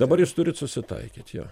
dabar jūs turit susitaikyt jo